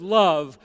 love